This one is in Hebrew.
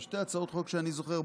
בשתי הצעות חוק שאני זוכר,